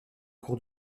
cour